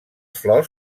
flors